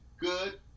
good